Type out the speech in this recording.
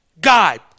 God